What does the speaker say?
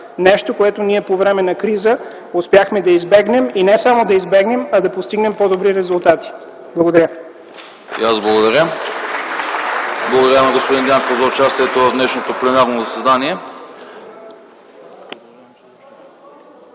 Нещо, което ние по време на криза успяхме да избегнем и не само да избегнем, а да постигнем по-добри резултати. Благодаря.